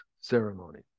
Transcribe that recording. ceremony